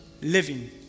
living